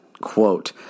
quote